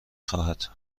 خواهد